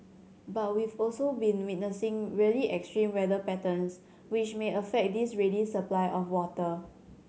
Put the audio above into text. but we've also been witnessing really extreme weather patterns which may affect this ready supply of water